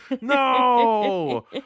No